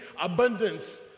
abundance